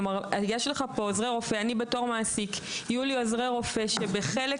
כלומר לי בתור מעסיק יהיו עוזרי רופא שבחלק